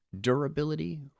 durability